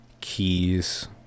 keys